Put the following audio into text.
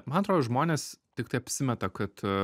man atrodo žmonės tiktai apsimeta kad